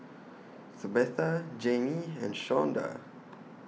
Tabatha Jayme and Shawnda